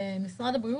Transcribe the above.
לקבל.